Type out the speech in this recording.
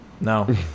no